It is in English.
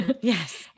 Yes